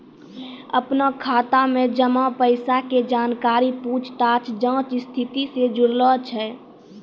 अपनो खाता मे जमा पैसा के जानकारी पूछताछ जांच स्थिति से जुड़लो छै